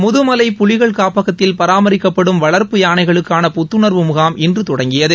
முதுமலை புலிகள் காப்பகத்தில் பராமரிக்கப்படும் வளர்ப்பு யானைகளுக்கான புத்துணர்வு முகாம் இன்று தொடங்கியது